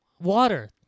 Water